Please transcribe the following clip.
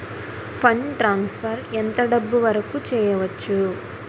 Fund transfer ఎంత డబ్బు వరుకు చేయవచ్చు?